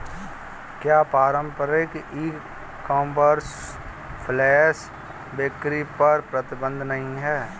क्या पारंपरिक e commerce flash बिक्री पर प्रतिबंध नहीं है?